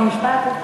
חוק ומשפט?